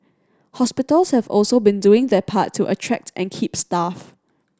hospitals have also been doing their part to attract and keep staff